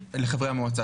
המועצה.